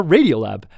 Radiolab